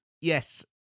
Yes